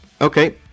Okay